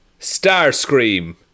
Starscream